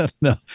No